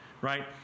right